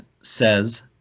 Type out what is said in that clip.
says